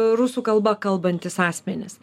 rusų kalba kalbantys asmenys